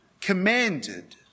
commanded